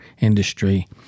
industry